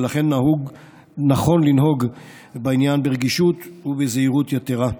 ולכן נכון לנהוג בעניין ברגישות ובזהירות יתרה.